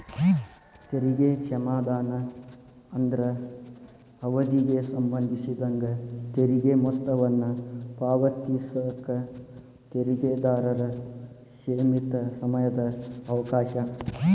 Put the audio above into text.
ತೆರಿಗೆ ಕ್ಷಮಾದಾನ ಅಂದ್ರ ಅವಧಿಗೆ ಸಂಬಂಧಿಸಿದಂಗ ತೆರಿಗೆ ಮೊತ್ತವನ್ನ ಪಾವತಿಸಕ ತೆರಿಗೆದಾರರ ಸೇಮಿತ ಸಮಯದ ಅವಕಾಶ